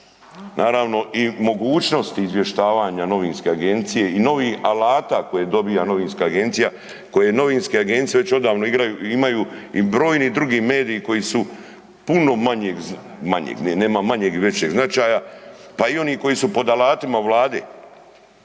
naravno i mogućnosti izvještavanja novinske agencije i novi alata koje dobija novinska agencije, koje novinske agencije već odavno igraju, imaju i brojni drugi mediji koji su puno manjeg, manjeg, nema manjeg i većeg značaja, pa i oni koji su pod alatima vlade,